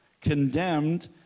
condemned